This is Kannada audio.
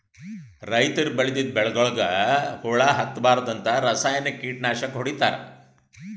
ರೈತರ್ ಬೆಳದಿದ್ದ್ ಬೆಳಿಗೊಳಿಗ್ ಹುಳಾ ಹತ್ತಬಾರ್ದ್ಂತ ರಾಸಾಯನಿಕ್ ಕೀಟನಾಶಕ್ ಹೊಡಿತಾರ್